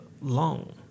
long